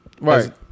Right